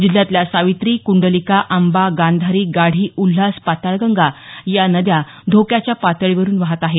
जिल्ह्यातल्या सावित्री कुंडलिका आंबा गांधारी गाढी उल्हास पाताळगंगा या नद्या धोक्याच्या पातळीवरून वाहत आहेत